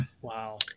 Wow